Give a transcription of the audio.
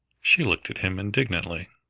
she looked at him indignantly.